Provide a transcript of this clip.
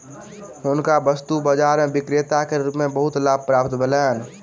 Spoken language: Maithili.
हुनका वस्तु बाजार में विक्रेता के रूप में बहुत लाभ प्राप्त भेलैन